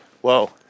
Whoa